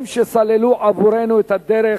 הם שסללו עבורנו את הדרך,